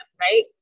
right